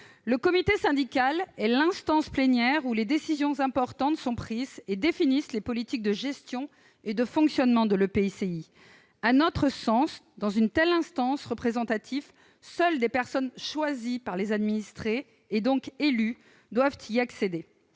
Le comité syndical est l'instance plénière où les décisions importantes sont prises et définit les politiques de gestion et de fonctionnement de l'EPCI. À notre sens, seules des personnes choisies par les administrés et, donc, élues doivent pouvoir accéder